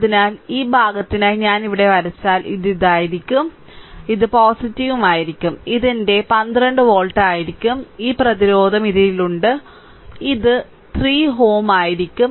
അതിനാൽ ഈ ഭാഗത്തിനായി ഞാൻ ഇവിടെ വരച്ചാൽ ഇത് ഇതായിരിക്കും ഇത് ആയിരിക്കും ഇത് എന്റെ 12 വോൾട്ട് ആയിരിക്കും ഈ പ്രതിരോധം ഇതിലുണ്ട് Ω ഇത് 3Ω ആയിരിക്കും